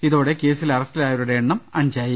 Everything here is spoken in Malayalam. ഇതോടെ കേസിൽ അറസ്റ്റിലായവരുടെ എണ്ണം അഞ്ചായി